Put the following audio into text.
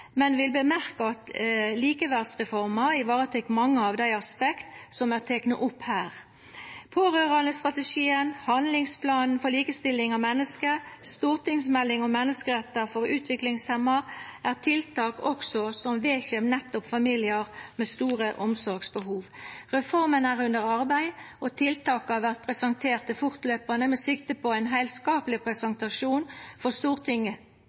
men vi vil påpeika at likeverdsreforma varetek mange av dei aspekta som er tekne opp her. Pårørandestrategien, handlingsplanen for likestilling av menneske med funksjonshemming og stortingsmelding om menneskerettar for utviklinghemma er tiltak som også vedkjem nettopp familiar med store omsorgsbehov. Reforma er under arbeid, og tiltaka vert presenterte fortløpande med sikte på ein heilskapleg presentasjon for Stortinget